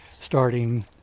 starting